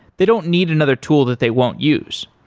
they don't need another tool that they won't use.